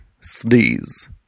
Sneeze